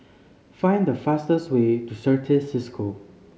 find the fastest way to Certis Cisco